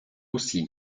aussi